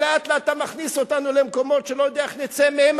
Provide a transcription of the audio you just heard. ולאט-לאט אתה מכניס אותנו למקומות שאני לא יודע איך נצא מהם,